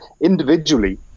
individually